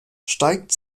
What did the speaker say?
steigt